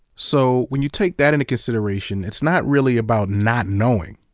so, when you take that into consideration, it's not really about not knowing,